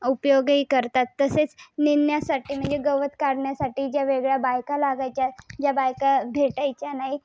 तसेच निंदण्यासाठी म्हणजे गवत काढण्यासाठी ज्या वेगळ्या बायका लागायच्या ज्या बायका भेटायच्या नाहीत